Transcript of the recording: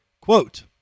Quote